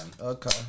Okay